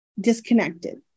disconnected